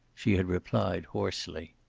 she had replied, hoarsely.